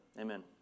Amen